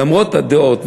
למרות הדעות,